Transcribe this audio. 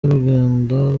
y’urugendo